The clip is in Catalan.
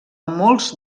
molts